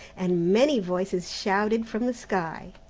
and many voices shouted from the sky